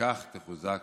ובכך תחוזק